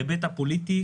הפוליטי,